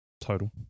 total